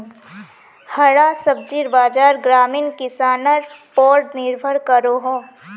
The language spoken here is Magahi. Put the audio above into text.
हरा सब्जिर बाज़ार ग्रामीण किसनर पोर निर्भर करोह